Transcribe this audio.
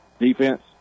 defense